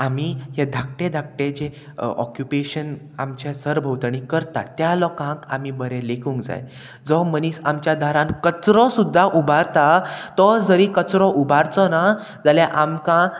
आमी हे धाकटे धाकटे जे ऑक्युपेशन आमच्या सरभोंवतणी करता त्या लोकांक आमी बरें लेखूंक जाय जो मनीस आमच्या दारान कचरो सुद्दां उबारता तो जरी कचरो उबारचो ना जाल्यार आमकां